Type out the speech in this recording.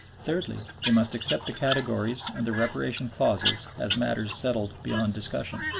thirdly, they must accept the categories and the reparation clauses as matters settled beyond discussion.